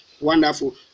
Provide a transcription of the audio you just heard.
Wonderful